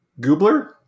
Goobler